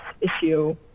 issue